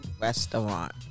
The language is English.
restaurant